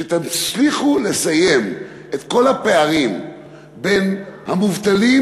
כשתצליחו למלא את כל הפערים בין המובטלים